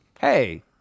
hey